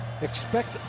Expect